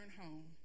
home